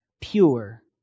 pure